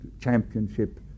championship